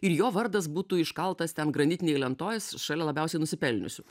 ir jo vardas būtų iškaltas ten granitinėj lentoj šalia labiausiai nusipelniusių